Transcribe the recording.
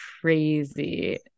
crazy